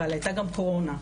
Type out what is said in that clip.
אבל הייתה גם קורונה,